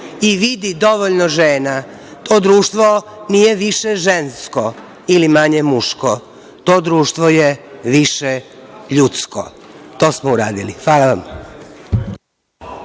i vidi dovoljno žena, to društvo nije više žensko ili manje muško, to društvo je više ljudsko“. To smo uradili. Hvala vam.